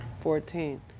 Fourteen